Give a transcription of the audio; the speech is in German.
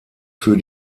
für